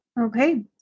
Okay